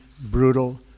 brutal